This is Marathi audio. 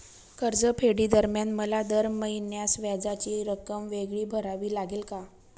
कर्जफेडीदरम्यान मला दर महिन्यास व्याजाची रक्कम वेगळी भरावी लागेल का?